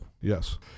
Yes